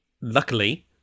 luckily